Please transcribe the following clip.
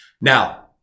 Now